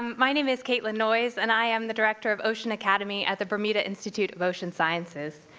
my name is kaitlin noyes, and i am the director of ocean academy at the bermuda institute of ocean sciences.